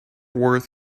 worth